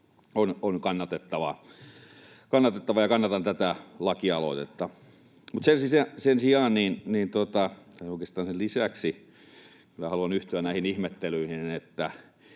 on kannatettavaa, ja kannatan tätä lakialoitetta. Mutta sen lisäksi haluan yhtyä näihin ihmettelyihin,